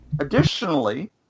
Additionally